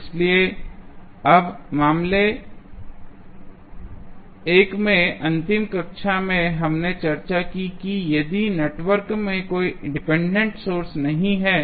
इसलिए अब मामले 1 में अंतिम कक्षा में हमने चर्चा की कि यदि नेटवर्क में कोई डिपेंडेंट सोर्स नहीं हैं